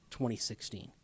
2016